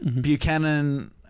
Buchanan